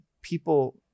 people